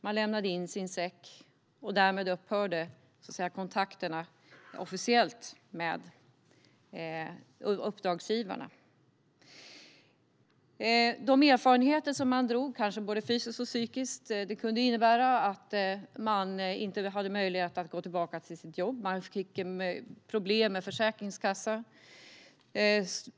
Man lämnade in sin säck, och därmed upphörde officiellt kontakterna med uppdragsgivarna. Erfarenheterna, både fysiska och psykiska, kunde innebära att man inte hade möjlighet att gå tillbaka till sitt jobb och att man fick problem med Försäkringskassan.